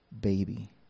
Baby